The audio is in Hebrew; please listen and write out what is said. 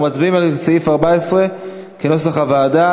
אנחנו מצביעים על סעיף 14 כנוסח הוועדה.